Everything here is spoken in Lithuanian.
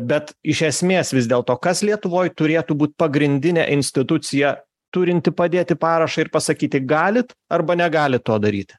bet iš esmės vis dėlto kas lietuvoj turėtų būt pagrindinė institucija turinti padėti parašą ir pasakyti galit arba negalit to daryti